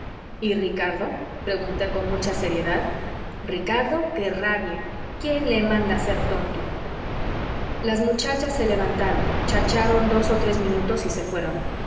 y ricardo pregunté con mucha seriedad ricardo qué rabie quién le manda ser tonto las muchachas se levantaron chacharearon dos o tres minutos y se fueron